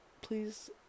please